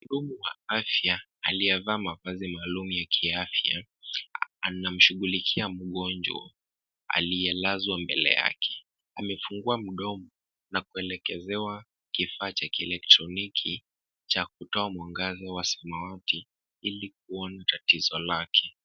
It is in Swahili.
Muhudumu wa afya aliyevaa mavazi maalum ya kiafya, anamshughulikia mgonjwa aliyelazwa mbele yake. Amefungua mdomo na kuelekezewa kifaa cha kielektroniki cha kutoa mwangaza wa samawati, ili kuona tatizo lake.